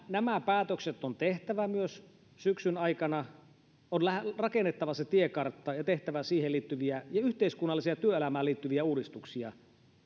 nämä päätökset on tehtävä myös syksyn aikana on rakennettava se tiekartta ja tehtävä siihen liittyviä yhteiskunnallisia työelämään liittyviä uudistuksia